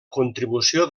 contribució